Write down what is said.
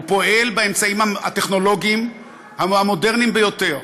הוא פועל באמצעים הטכנולוגיים המודרניים ביותר.